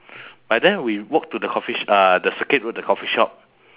by then we walk to the coffee sh~ uh the circuit road the coffee shop